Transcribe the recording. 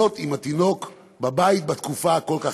להיות עם התינוק בבית בתקופה הקשה כל כך.